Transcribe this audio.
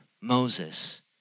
Moses